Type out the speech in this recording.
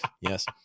Yes